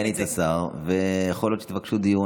-- מסגנית השר, ויכול להיות שתבקשו דיון.